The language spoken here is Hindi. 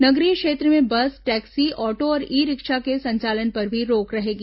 नगरीय क्षेत्र में बस टैक्सी ऑटो और ई रिक्शा के संचालन पर भी रोक रहेगी